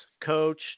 Coach